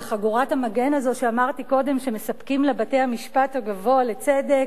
בחגורת המגן הזאת שאמרתי קודם שמספק לה בית-המשפט הגבוה לצדק,